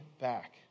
back